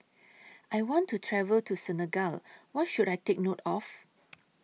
I want to travel to Senegal What should I Take note of